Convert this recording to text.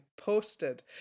posted